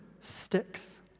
sticks